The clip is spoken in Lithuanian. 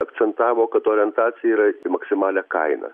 akcentavo kad orientacija yra į maksimalią kainą